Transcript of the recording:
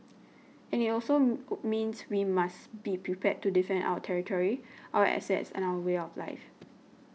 and it means we must be prepared to defend our territory our assets and our way of life